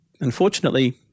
Unfortunately